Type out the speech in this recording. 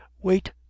Wait